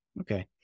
Okay